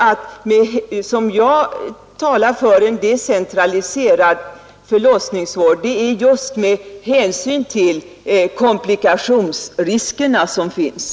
Att jag talar för en decentraliserad förlossningsvård är framför allt med hänsyn till de komplikationsrisker som finns,